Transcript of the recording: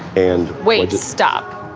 and white. just stop.